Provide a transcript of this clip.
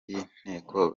y’inteko